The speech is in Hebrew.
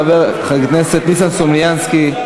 חבר הכנסת ניסן סלומינסקי,